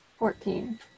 Fourteen